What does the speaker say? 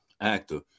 actor